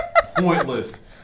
Pointless